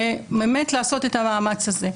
באמת לעשות את המאמץ הזה.